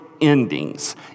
endings